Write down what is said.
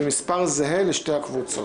במספר זהה לשתי הקבוצות.